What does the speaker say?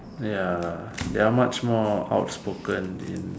ya they are much more outspoken in